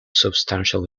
substantial